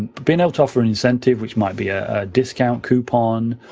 being able to offer an incentive, which might be a discount coupon,